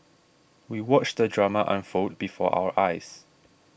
we watched the drama unfold before our eyes